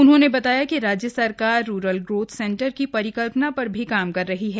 उन्होंने बताया कि राज्य सरकार रूरल ग्रोथ सेंटर की परिकल्पना पर भी काम कर रही है